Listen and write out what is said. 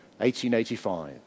1885